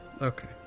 Okay